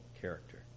character